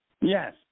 Yes